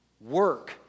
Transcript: Work